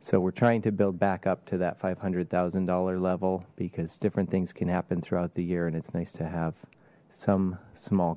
so we're trying to build back up to that five hundred thousand dollars level because different things can happen throughout the year and it's nice to have some small